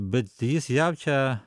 bet jis jaučia